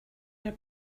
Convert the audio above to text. your